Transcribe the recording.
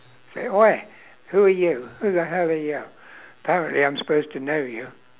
say !oi! who are you who the hell are you apparently I'm supposed to know you